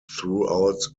throughout